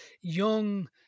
young